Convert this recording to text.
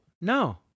No